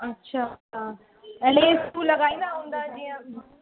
अच्छा अच्छा ऐं ॿिए स्कूल लॻाईंदा हूंदा जीअं